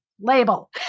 label